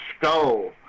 skull